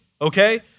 okay